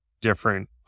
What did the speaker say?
different